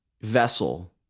vessel